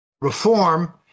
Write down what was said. reform